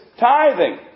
tithing